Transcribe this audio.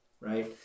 right